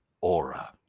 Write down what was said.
aura